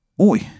oi